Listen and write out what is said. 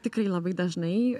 tikrai labai dažnai